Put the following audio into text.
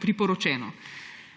priporočeno.